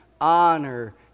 honor